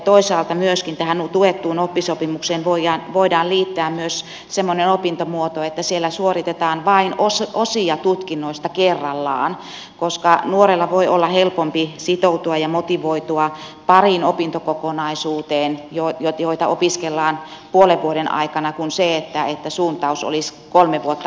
toisaalta tähän tuettuun oppisopimukseen voidaan liittää myös semmoinen opintomuoto että siellä suoritetaan vain osia tutkinnoista kerrallaan koska nuorella voi olla helpompi sitoutua ja motivoitua pariin opintokokonaisuuteen joita opiskellaan puolen vuoden aikana kuin siihen että suuntaus olisi kolme vuotta eteenpäin